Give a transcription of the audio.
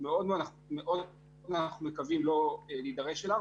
ואנחנו מקווים מאוד שלא נידרש אליו,